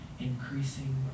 Increasing